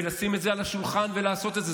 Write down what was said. לשים את זה על השולחן ולעשות את זה.